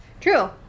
True